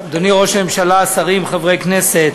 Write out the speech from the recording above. אדוני ראש הממשלה, שרים, חברי כנסת,